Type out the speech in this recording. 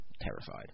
terrified